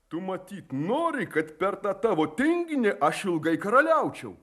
tu matyt nori kad per tą tavo tinginį aš ilgai karaliaučiau